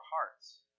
hearts